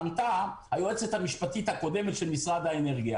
היתה היועצת המשפטית הקודמת של חברת האנרגיה